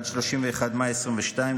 עד 31 במאי 2022,